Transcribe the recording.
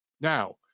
Now